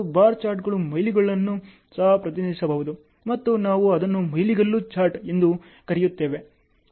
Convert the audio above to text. ಮತ್ತು ಬಾರ್ ಚಾರ್ಟ್ಗಳು ಮೈಲಿಗಲ್ಲುಗಳನ್ನು ಸಹ ಪ್ರತಿನಿಧಿಸಬಹುದು ಮತ್ತು ನಾವು ಅದನ್ನು ಮೈಲಿಗಲ್ಲು ಚಾರ್ಟ್ ಎಂದು ಕರೆಯುತ್ತೇವೆ